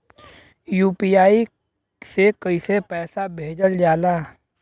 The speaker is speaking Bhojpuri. यू.पी.आई से कइसे पैसा भेजल जाला?